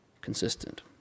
consistent